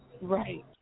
right